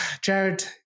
Jared